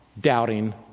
doubting